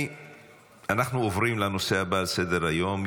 אנחנו עוברים לנושא הבא על סדר-היום,